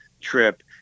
trip